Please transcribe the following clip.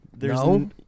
No